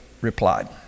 replied